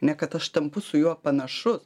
ane kad aš tampu su juo panašus